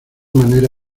manera